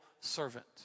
servant